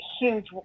huge